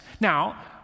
Now